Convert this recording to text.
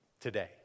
today